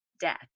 Death